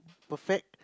perfect